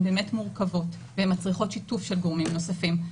באמת מורכבות והן מצריכות שיתוף של גורמים נוספים.